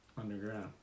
Underground